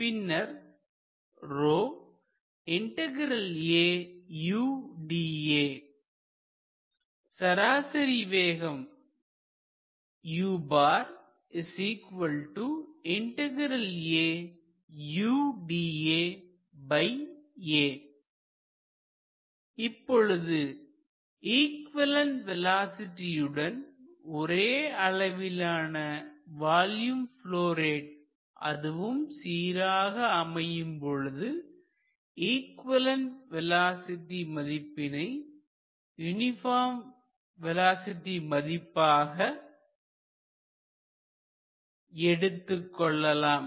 பின்னர் சராசரி வேகம் இப்பொழுது இக்வலேண்ட் வேலோஸிட்டியுடன் ஒரே அளவிலான வால்யூம் ப்லொ ரேட் அதுவும் சீராக அமையும் பொழுது இக்வலேண்ட் வேலோஸிட்டி மதிப்பினையே யூனிபார்ம் வேலோஸிட்டி மதிப்பாக எடுத்துக்கொள்ளலாம்